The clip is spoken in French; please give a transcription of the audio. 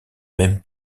même